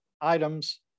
items